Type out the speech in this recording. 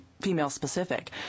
female-specific